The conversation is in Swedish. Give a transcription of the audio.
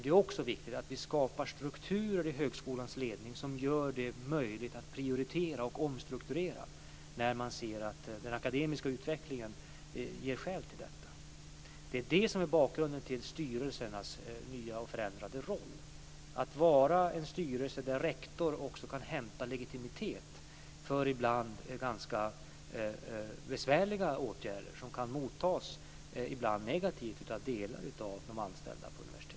Det är också viktigt att skapa strukturer i högskolans ledning som gör det möjligt att prioritera och omstrukturera när man ser att den akademiska utvecklingen ger skäl till detta. Det är det som är bakgrunden till styrelsernas nya och förändrade roll, dvs. att vara en styrelse där rektor kan hämta legitimitet för ibland ganska besvärliga åtgärder som kan mottas negativt av delar av de anställda på universitetet.